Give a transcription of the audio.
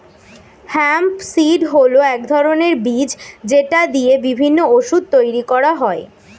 hemp seed হল এক ধরনের বীজ যেটা দিয়ে বিভিন্ন ওষুধ তৈরি করা হয়